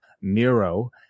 Miro